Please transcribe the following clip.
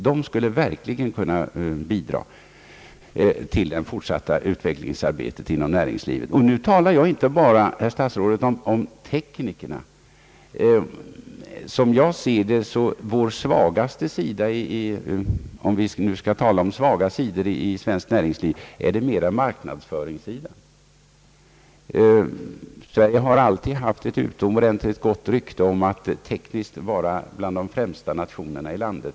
De skulle verkligen kunna bidra till det fortsatta utvecklingsarbetet inom näringslivet. Nu talar jag, herr statsråd, inte bara om teknikerna. Om man skall tala om svaga sidor i svenskt näringsliv gäl ler det bland annat marknadsföringssidan. Sverige har alltid haft ett rykte att tekniskt vara bland de främsta nationerna.